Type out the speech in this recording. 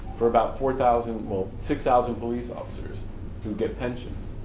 for about four thousand, well, six thousand police officers who get pensions.